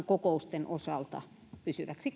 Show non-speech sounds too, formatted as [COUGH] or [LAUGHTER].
[UNINTELLIGIBLE] kokousten osalta pysyväksi [UNINTELLIGIBLE]